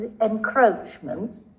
encroachment